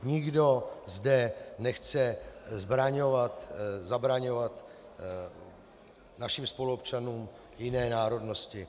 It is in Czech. Nikdo zde nechce zabraňovat našim spoluobčanům jiné národnosti.